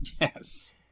Yes